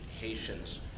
Haitians